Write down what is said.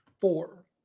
Four